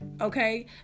Okay